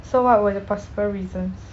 so what were the possible reasons